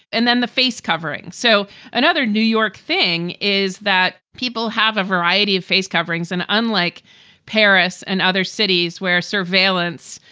and then the face covering. so another new york thing is that people have a variety of face coverings. and unlike paris and other cities where surveillance,